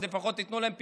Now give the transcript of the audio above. אז לפחות תנו להם פיצוי,